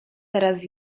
teraz